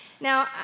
Now